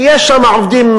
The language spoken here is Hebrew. כי יש שם עובדים,